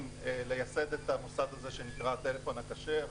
לייסד את המוסד הזה שנקרא "טלפון כשר".